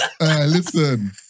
Listen